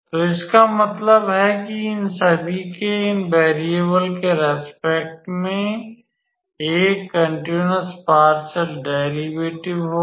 तो इसका मतलब है कि इन सभी के इन वैरीयबल के रेस्पेक्ट में एक कंटिन्युस पारसिल डेरिवैटिव होगा